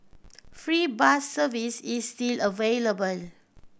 free bus service is still available